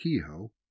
Kehoe